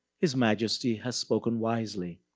his majesty has spoken wisely.